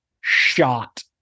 shot